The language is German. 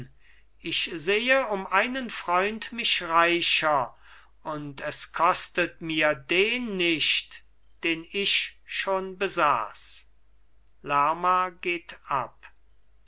ich sehe um einen freund mich reicher und es kostet mir den nicht den ich schon besaß lerma geht ab